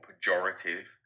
pejorative